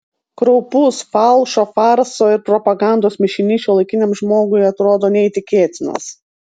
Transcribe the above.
kraupus falšo farso ir propagandos mišinys šiuolaikiniam žmogui atrodo neįtikėtinas